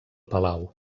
palau